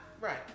right